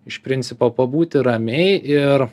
iš principo pabūti ramiai ir